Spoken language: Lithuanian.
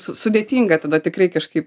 su sudėtinga tada tikrai kažkaip